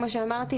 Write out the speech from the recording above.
כמו שאמרתי,